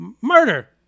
murder